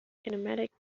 kinematics